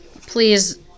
please